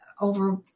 over